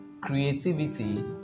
creativity